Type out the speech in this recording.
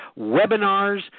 webinars